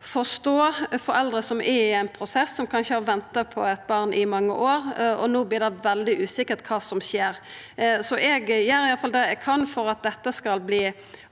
forstå foreldre som er i ein prosess, som kanskje har venta på eit barn i mange år, og at det no vert veldig usikkert kva som skjer. Eg gjer iallfall det eg kan for at dette skal